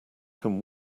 can